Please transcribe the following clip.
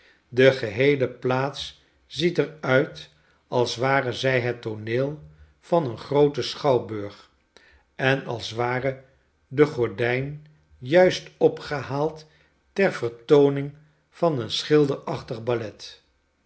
de geheele plaats ziet er uit als ware zij het tooneel van een grooten schouwburg en als ware de gordijn juist opgehaald ter vertooning van een schilderachtig ballet